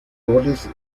roles